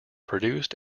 produced